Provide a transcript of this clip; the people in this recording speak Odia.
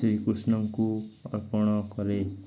ଶ୍ରୀକୃଷ୍ଣଙ୍କୁ ଅର୍ପଣ କରେ